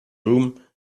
room